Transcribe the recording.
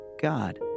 God